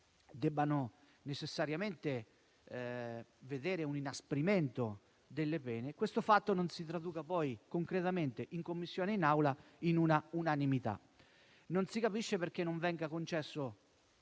debba necessariamente vedere un inasprimento delle pene, questo fatto non si traduca poi concretamente, in Commissione e in Assemblea, in una unanimità. Non si capisce perché non venga concesso